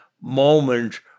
moment